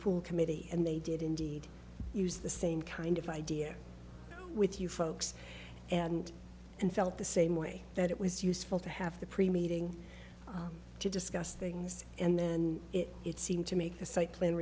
pool committee and they did indeed use the same kind of idea with you folks and and felt the same way that it was useful to have the pre made ng to discuss things and then it seemed to make the site plan